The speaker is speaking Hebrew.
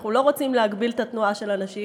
אנחנו לא רוצים להגביל את התנועה של האנשים,